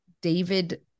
david